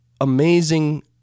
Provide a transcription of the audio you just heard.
amazing